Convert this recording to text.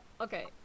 okay